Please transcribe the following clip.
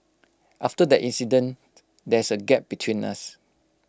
after that incident there's A gap between us